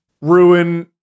ruin